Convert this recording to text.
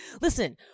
listen